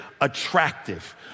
attractive